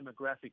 demographic